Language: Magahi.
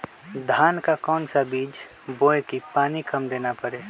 धान का कौन सा बीज बोय की पानी कम देना परे?